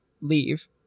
leave